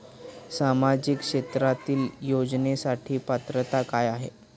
सामाजिक क्षेत्रांतील योजनेसाठी पात्रता काय आहे?